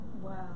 Wow